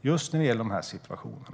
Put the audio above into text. just när det gäller de här situationerna.